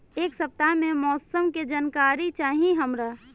एक सपताह के मौसम के जनाकरी चाही हमरा